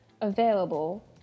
available